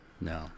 No